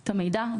את המידע,